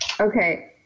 Okay